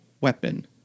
weapon